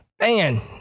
Man